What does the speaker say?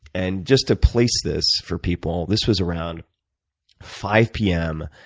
and just to place this for people, this was around five p m,